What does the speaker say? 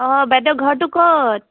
অঁ বাইদেউ ঘৰটো ক'ত